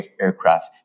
aircraft